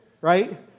right